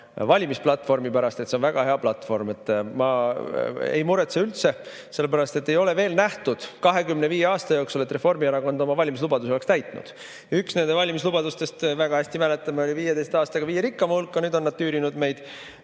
valimisplatvormi pärast ja et see on väga hea platvorm. Ma ei muretse üldse, sellepärast et ei ole veel nähtud 25 aasta jooksul, et Reformierakond oma valimislubadusi oleks täitnud. Üks nende valimislubadustest, nagu väga hästi mäletame, oli 15 aastaga viie rikkama [riigi] hulka. Nüüd on nad tüürinud meid